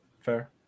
Fair